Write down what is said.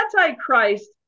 Antichrist